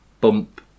bump